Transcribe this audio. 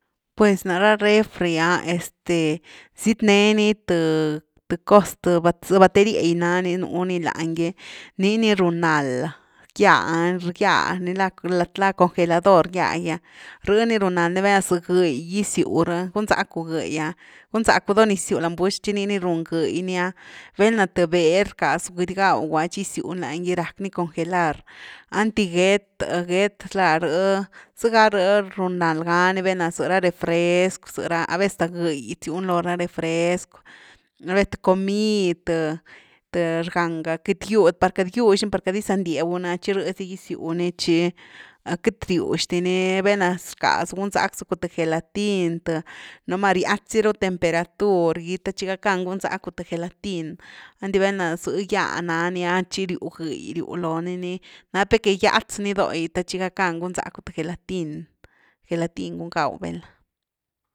Pues nare refri’a este zyetneni th cos, za batería’gy nani nu ni lanygy nii ni run nald gýa- gya nilá congelador gya’gi’a rhni run nald ni velna za gëi giziu rh’a, gunzacku gëi gunzacku do nix gisiu lany bux tchi nii ni run gëi ni ah velna th bel rcazu queity gawgu ‘a tchi gisiu ni lany gy rack ni congelar einty get-get la rh zëga rh run nald ga ni velna zë ra refrescu, ze ra, a vez hasta gëi rziuni lo ra refersc’w a vez th comid th-th ganga par queity gywx ni par queity gizandyabu ni’ah tchirh zy gisiu ni tchi queity riux di ni, velna rcasu gunzacku th gelatin th, numa riatzy ru temperatur gy te tchi gackan gunzaku th gelatin, einty velna z’ gya nani ah tchi riu gëy ryw lo ni ni, nap ni que gyatz ni do gy th tchi gackan gunzacku th gelatin, gelatin gaw velna.